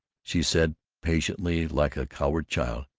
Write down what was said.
she said patiently, like a cowed child,